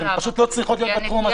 הן פשוט לא צריכות להיות בתחום הזה.